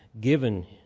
given